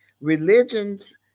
religions